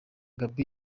gaby